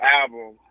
album